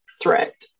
threat